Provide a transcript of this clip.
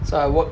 so I work